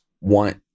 want